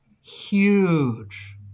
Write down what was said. Huge